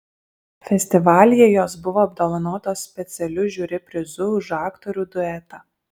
festivalyje jos buvo apdovanotos specialiu žiuri prizu už aktorių duetą